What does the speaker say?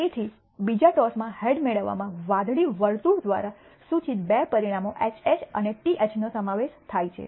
તેથી બીજા ટોસમાં હેડ મેળવવામાં વાદળી વર્તુળ દ્વારા સૂચિત બે પરિણામો HH અને THનો સમાવેશ થાય છે